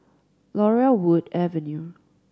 Laurel Wood Avenue